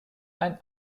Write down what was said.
ein